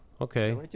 Okay